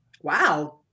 Wow